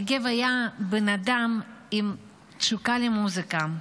יגב היה בן אדם עם תשוקה למוזיקה.